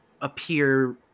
appear